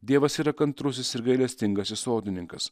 dievas yra kantrusis ir gailestingasis sodininkas